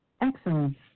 Excellent